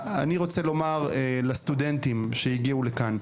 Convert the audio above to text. אני רוצה לומר לסטודנטים שהגיעו לכאן,